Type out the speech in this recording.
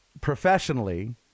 Professionally